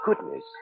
goodness